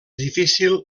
difícil